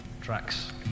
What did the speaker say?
tracks